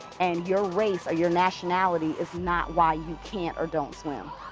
and your race or your nationality is not why you can't or don't swim.